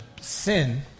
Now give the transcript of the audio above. sin